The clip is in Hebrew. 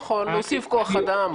נכון, להוסיף כוח אדם.